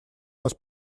раз